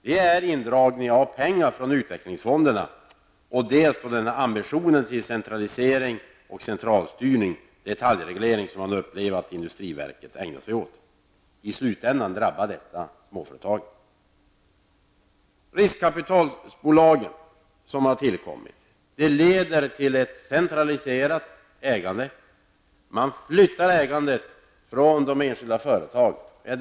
Det gäller dels indragning av pengar från utvecklingsfonderna, dels ambitionen till centralisering, centralstyrning och detaljreglering som man upplever att industriverket ägnar sig åt. I slutändan drabbar detta småföretagen. Riskkapitalbolag som har tillkommit leder till ett centraliserat ägande. Man flyttar ägandet från de enskilda företagen.